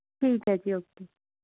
ਠੀਕ ਹੈ ਜੀ ਓਕੇ